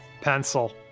Pencil